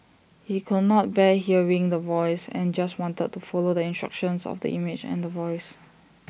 he could not bear hearing The Voice and just wanted to follow the instructions of the image and The Voice